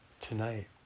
tonight